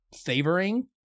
favoring